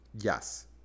Yes